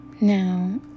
Now